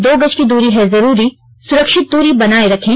दो गज की दूरी है जरूरी सुरक्षित दूरी बनाए रखें